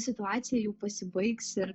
situacija jau pasibaigs ir